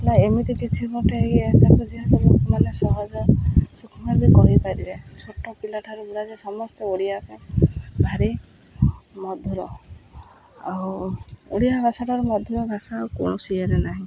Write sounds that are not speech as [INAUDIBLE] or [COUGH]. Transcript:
ଏମିତି କିଛି ମୋଟେ ଇଏ ତ ଯେହେତୁ ଲୋକମାନେ ସହଜ [UNINTELLIGIBLE] ବି କହିପାରିବେ ଛୋଟ ପିଲା ଠାରୁ ବୁଢ଼ା ଯାଏ ସମସ୍ତେ ଓଡ଼ିଆ ପାଇଁ ଭାରି ମଧୁର ଆଉ ଓଡ଼ିଆ ଭାଷା ଠାରୁ ମଧୁର ଭାଷା ଆଉ କୌଣସିରେ ନାହିଁ